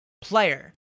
player